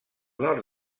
nord